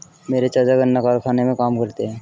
मेरे चाचा गन्ना कारखाने में काम करते हैं